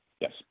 yes